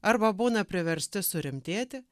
arba būna priversti surimtėti